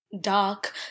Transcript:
Dark